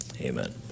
Amen